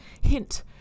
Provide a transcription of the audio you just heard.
hint